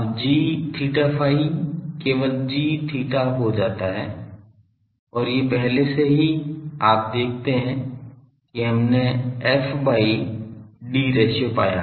अब gθϕ केवल gθ हो जाता है और ये पहले से ही आप देखते हैं कि हमने f by d ratio पाया